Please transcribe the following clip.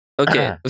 Okay